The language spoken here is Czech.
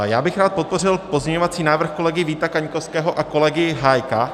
Já bych rád podpořil pozměňovací návrh kolegy Víta Kaňkovského a kolegy Hájka.